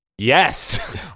Yes